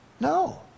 No